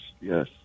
yes